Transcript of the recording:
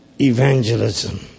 evangelism